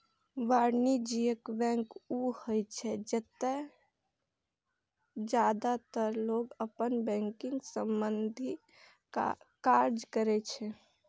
वाणिज्यिक बैंक ऊ होइ छै, जतय जादेतर लोग अपन बैंकिंग संबंधी काज करै छै